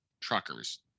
truckers